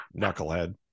knucklehead